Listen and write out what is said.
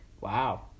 Wow